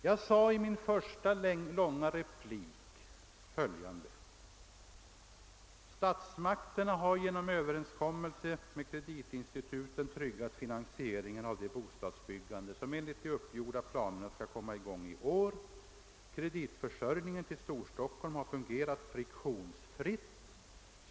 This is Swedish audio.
Jag sade följande i min första långa replik: »Statsmakterna har genom överenskommelse med kreditinstituten tryggat finansieringen av det bostadsbyggande som enligt de uppgjorda planerna skall igångsättas i år. Kreditförsörjningen till Storstockholm har fungerat friktionsfritt.